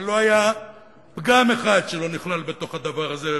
אבל לא היה פגם אחד שלא נכלל בדבר הזה,